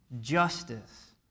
justice